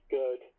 good